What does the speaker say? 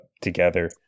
together